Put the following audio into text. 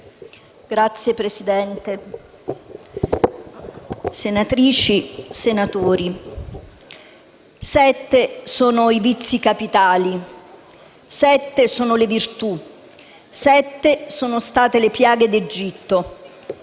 Signora Presidente, senatrici e senatori, sette sono i vizi capitali, sette sono le virtù, sette sono state le piaghe d'Egitto,